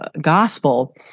gospel